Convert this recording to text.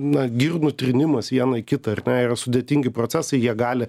na girnų trynimas vieną į kitą ar ne yra sudėtingi procesai jie gali